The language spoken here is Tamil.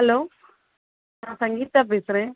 ஹலோ நான் சங்கீதா பேசுகிறேன்